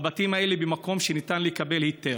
הבתים האלה במקום שניתן לקבל היתר.